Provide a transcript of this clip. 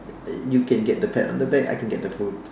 you can get the pat on the back I can get the food